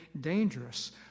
dangerous